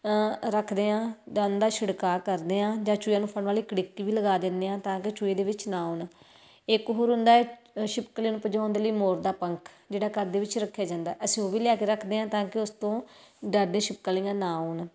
ਰੱਖਦੇ ਹਾਂ ਜਾਂ ਉਹਨਾਂ ਦਾ ਛਿੜਕਾਅ ਕਰਦੇ ਹਾਂ ਜਾਂ ਚੂਹਿਆਂ ਨੂੰ ਫੜਨ ਵਾਲੀ ਕੜਿੱਕੀ ਵੀ ਲਗਾ ਦਿੰਦੇ ਹਾਂ ਤਾਂ ਕਿ ਚੂਹੇ ਇਹਦੇ ਵਿੱਚ ਨਾ ਆਉਣ ਇੱਕ ਹੋਰ ਹੁੰਦਾ ਹੈ ਛਿਪਕਲੀਆਂ ਨੂੰ ਭਜਾਉਣ ਦੇ ਲਈ ਮੋਰ ਦਾ ਪੰਖ ਜਿਹੜਾ ਘਰ ਦੇ ਵਿੱਚ ਰੱਖਿਆ ਜਾਂਦਾ ਅਸੀਂ ਉਹ ਵੀ ਲਿਆ ਕੇ ਰੱਖਦੇ ਹਾਂ ਤਾਂ ਕਿ ਉਸ ਤੋਂ ਡਰਦੇ ਛਿਪਕਲੀਆਂ ਨਾ ਆਉਣ